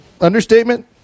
Understatement